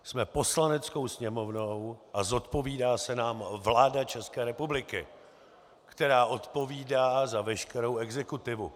Jsme Poslaneckou sněmovnou a zodpovídá se nám vláda České republiky, která odpovídá za veškerou exekutivu.